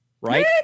Right